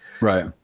Right